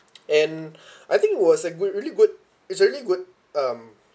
and I think was a good really good it's really good um